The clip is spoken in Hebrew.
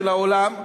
של העולם,